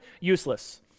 useless